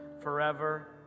forever